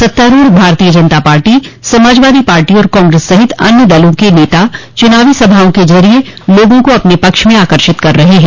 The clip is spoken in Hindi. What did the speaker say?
सत्तारूढ़ भारतीय जनता पार्टी समाजवादी पार्टी और कांग्रेस सहित अन्य दलों के नेता चूनावी सभाओं के जरिये लोगों को अपने पक्ष में आकर्षित कर रहे हैं